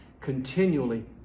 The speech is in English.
continually